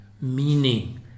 meaning